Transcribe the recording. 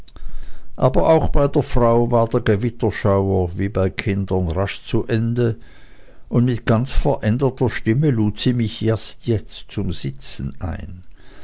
aber auch bei der frau war der gewitterschauer wie bei kindern rasch zu ende und mit ganz veränderter stimme lud sie mich erst jetzt zum sitzen ein